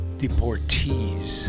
deportees